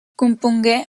compongué